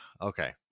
okay